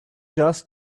dust